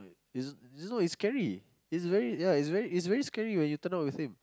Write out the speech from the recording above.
it's it's no it's scary it's very yeah it's very scary when you turn out with him